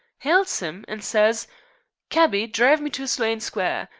ails im and says cabby, drive me to sloane square.